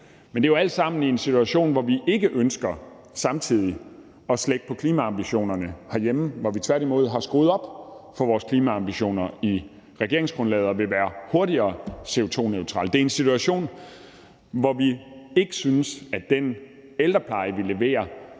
Det er jo alt sammen i en situation, hvor vi ikke ønsker samtidig at slække på klimaambitionerne herhjemme, men hvor vi tværtimod har skruet op for vores klimaambitioner i regeringsgrundlaget og vil være CO2-neutrale hurtigere. Det er i en situation, hvor vi ikke synes, at den ældrepleje, vi leverer,